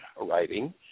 writing